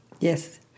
Yes